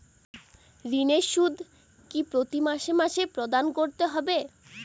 ঋণের সুদ কি প্রতি মাসে মাসে প্রদান করতে হবে?